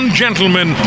gentlemen